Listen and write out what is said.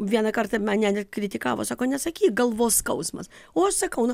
vieną kartą mane net kritikavo sako nesakyk galvos skausmas o aš sakau